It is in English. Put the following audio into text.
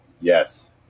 Yes